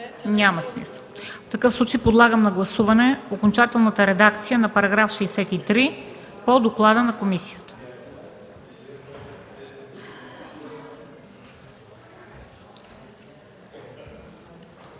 Няма смисъл. В такъв случай подлагам на гласуване окончателната редакция на § 63 от доклада на комисията.